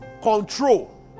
control